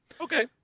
Okay